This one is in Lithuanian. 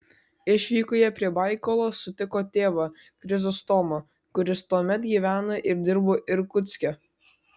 išvykoje prie baikalo sutiko tėvą chrizostomą kuris tuomet gyveno ir dirbo irkutske